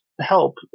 help